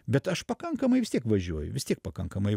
bet aš pakankamai vis tiek važiuoju vis tiek pakankamai